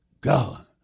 God